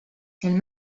elle